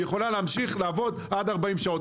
היא יכולה להמשיך לעבוד עד 40 שעות.